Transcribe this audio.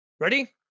Ready